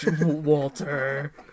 Walter